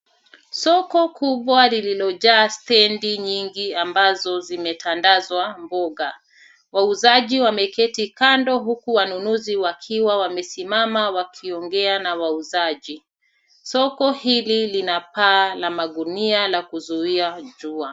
Soko kubwa lililojaa stendi nyingi ambazo zimetandazwa mboga. Wauzaji wameketi kando huku wanunuzi wakiwa wamesimama wakiongea na wauzaji. Soko hili lina paa la magunia la kuzuia jua.